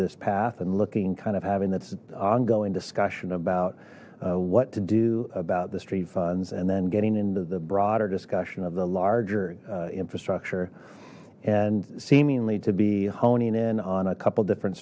this path and looking kind of having that's an ongoing discussion about what to do about the street funds and then getting into the broader discussion of the larger infrastructure and seemingly to be honing in on a couple different